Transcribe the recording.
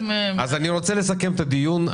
אני רוצה לסכם את הדיון.